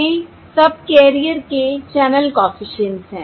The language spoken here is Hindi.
ये सबकैरियर के चैनल कॉफिशिएंट्स हैं